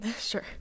Sure